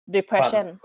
Depression